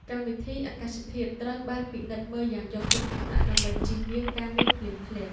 កម្មវិធីអាកាសធាតុត្រូវបានពិនិត្យមើលយ៉ាងយកចិត្តទុកដាក់ដើម្បីជៀសវាងការមានភ្លៀងធ្លាក់។